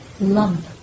lump